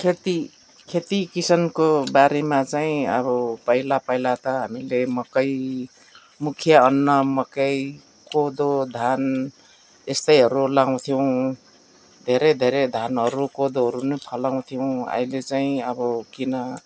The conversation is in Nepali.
खेती खेतीकिसानको बारेमा चाहिँ अब पहिला पहिला त हामीले मकै मुख्य अन्न मकै कोदो धान यस्तैहरू लगाउँथ्यौँ धेरै धेरै धानहरू कोदोहरू नि फलाउँथ्यौँ अहिले चाहिँ अब किन